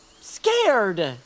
scared